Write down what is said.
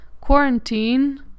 quarantine